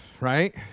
right